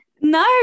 No